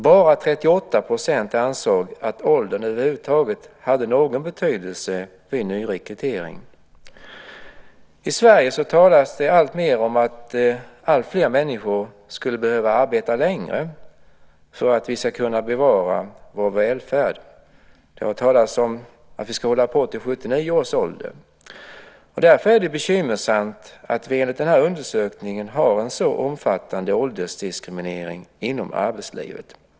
Bara 38 % ansåg att åldern hade någon betydelse över huvud taget vid nyrekrytering. I Sverige talas det alltmer om att alltfler människor skulle behöva arbeta längre för att vi ska kunna bevara vår välfärd. Det har talats om att vi borde arbeta till 79 års ålder. Därför är det bekymmersamt att det finns en så omfattande åldersdiskriminering inom arbetslivet.